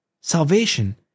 salvation